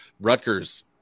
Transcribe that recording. Rutgers